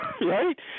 right